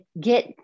get